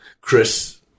Chris